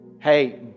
Hey